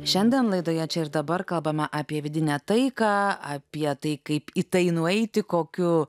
šiandien laidoje čia ir dabar kalbame apie vidinę taiką apie tai kaip į tai nueiti kokiu